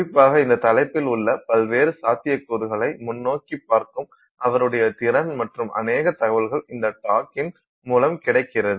குறிப்பாக இந்த தலைப்பில் உள்ள பல்வேறு சாத்தியகூறுகளை முன்னோக்கிப் பார்க்கும் அவருடைய திறன் மற்றும் அனேக தகவல்கள் இந்த டாக்கின் மூலம் கிடைக்கிறது